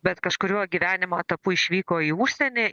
bet kažkuriuo gyvenimo etapu išvyko į užsienį